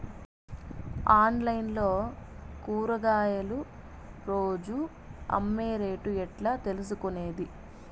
Online లో కూరగాయలు రోజు అమ్మే రేటు ఎట్లా తెలుసుకొనేది?